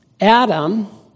Adam